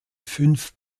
fünf